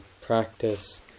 practice